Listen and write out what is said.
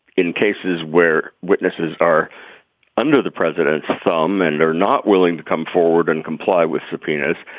in cases where witnesses are under the president's thumb and are not willing to come forward and comply with subpoenas.